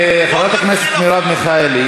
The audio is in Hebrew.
חברת הכנסת מרב מיכאלי,